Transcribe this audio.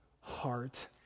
heart